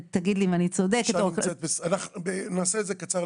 תגיד לי אם אני צודקת - כנראה שאקטוארית --- נעשה את זה קצר.